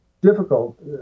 Difficult